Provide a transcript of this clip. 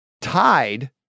Tied